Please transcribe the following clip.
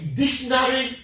dictionary